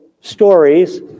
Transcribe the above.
stories